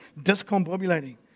Discombobulating